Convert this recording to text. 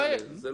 זה לא הוגן.